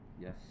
Yes